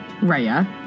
Raya